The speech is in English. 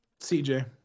CJ